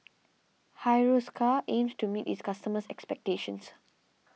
Hiruscar aims to meet its customers' expectations